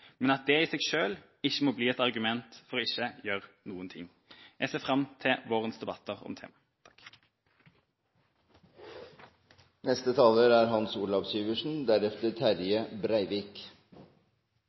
Men det i seg selv må ikke bli et argument for ikke å gjøre noe. Jeg ser fram til vårens debatter om temaet.